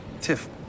Tiff